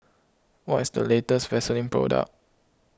what is the latest Vaselin Product